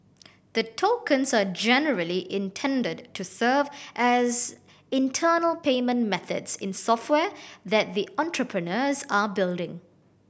the tokens are generally intended to serve as internal payment methods in software that the entrepreneurs are building